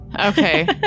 Okay